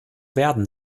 werden